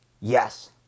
Yes